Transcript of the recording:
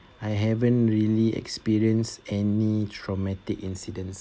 I haven't really experience any traumatic incidents